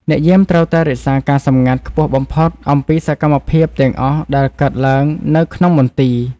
អ្នកយាមត្រូវតែរក្សាការសម្ងាត់ខ្ពស់បំផុតអំពីសកម្មភាពទាំងអស់ដែលកើតឡើងនៅក្នុងមន្ទីរ។